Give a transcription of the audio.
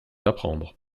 apprendre